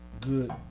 good